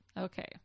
Okay